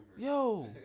Yo